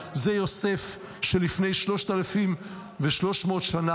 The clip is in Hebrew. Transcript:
זה יוסף של לפני 3,300 שנה,